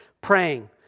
praying